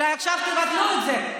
אולי עכשיו תבטלו את זה,